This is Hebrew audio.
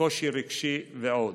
וקושי רגשי ועוד.